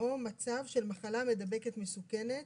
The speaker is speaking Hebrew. "או מצב של מחלה מידבקת מסוכנת